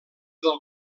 del